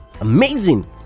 Amazing